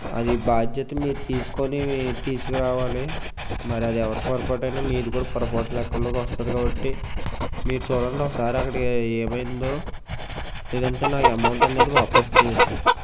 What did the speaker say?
అది బాధ్యత మీరు తీసుకొని తీసుకు రావాలి మరి అది ఎవరి పొరపాటయిన మీది కూడా పొరపాటు లెక్కలోకి వస్తాది కాబట్టి మీరు చూడండి ఒకసారి అక్కడ ఏ ఏమైందో లేదంటే నా ఎమౌంట్ అనేది వాపస్ చేయండి